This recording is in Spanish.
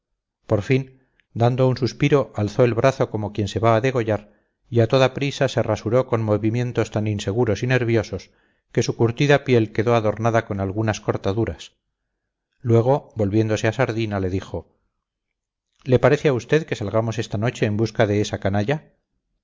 por fin dando un suspiro alzó el brazo como quien se va a degollar y a toda prisa se rasuró con movimientos tan inseguros y nerviosos que su curtida piel quedó adornada con algunas cortaduras luego volviéndose a sardina le dijo le parece a usted que salgamos esta noche en busca de esa canalla